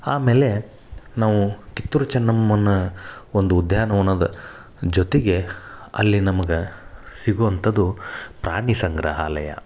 ಆಮೇಲೆ ನಾವು ಕಿತ್ತೂರು ಚೆನ್ನಮ್ಮನ ಒಂದು ಉದ್ಯಾನವನದ ಜೊತೆಗೆ ಅಲ್ಲಿ ನಮ್ಗೆ ಸಿಗುವಂಥದ್ದು ಪ್ರಾಣಿ ಸಂಗ್ರಹಾಲಯ